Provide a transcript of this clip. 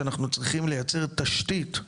שאנחנו צריכים לייצר תשתית לעלייה.